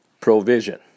provision